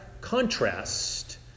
contrast